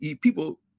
people